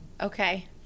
Okay